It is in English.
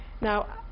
Now